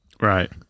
right